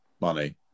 money